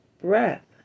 breath